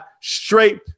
straight